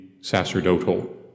sacerdotal